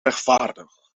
rechtvaardig